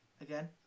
again